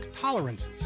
tolerances